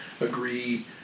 agree